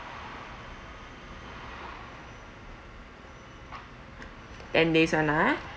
ten days [one] ah